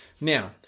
Now